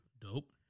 Dope